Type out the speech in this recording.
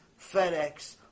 FedEx